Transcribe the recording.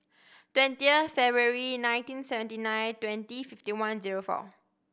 twentieh February nineteen seventy nine twenty fifty one zero four